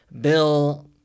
bill